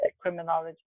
criminology